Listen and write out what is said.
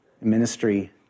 ministry